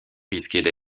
risquaient